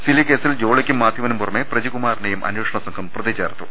സിലി കേസിൽ ജോളിക്കും മാത്യുവിനും പുറമെ പ്രജികുമാറിനേയും അന്വേ ഷണ സംഘം പ്രതി ്രചേർത്തു